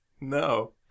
No